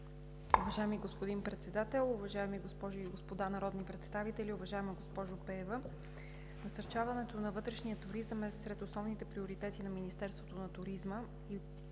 Уважаеми господин Председател, уважаеми госпожи и господа народни представители! Уважаема госпожо Пеева, насърчаването на вътрешния туризъм е сред основните приоритети на Министерството на туризма и